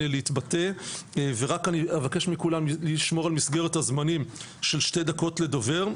להתבטא ורק אני אבקש מכולם לשמור על מסגרת הזמנים של שתי דקות לדובר,